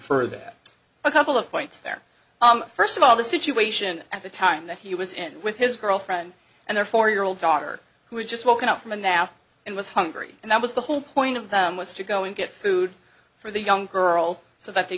infer that a couple of points there first of all the situation at the time that he was in with his girlfriend and their four year old daughter who had just woken up from a nap and was hungry and that was the whole point of them was to go and get food for the young girl so that they